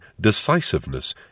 decisiveness